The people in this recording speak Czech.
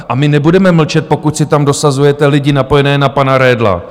A my nebudeme mlčet, pokud si tam dosazujete lidi napojené na pana Redla.